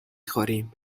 خوریم